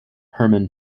hermann